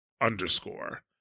underscore